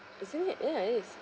isn't it ya it